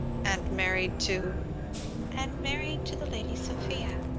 and married to and married to the lady sophia?